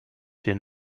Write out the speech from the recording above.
den